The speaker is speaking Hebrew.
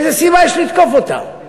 איזו סיבה יש לתקוף אותם?